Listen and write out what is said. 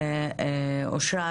אושרה,